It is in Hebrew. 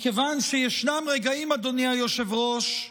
מכיוון שישנם רגעים, אדוני היושב-ראש,